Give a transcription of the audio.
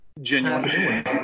Genuine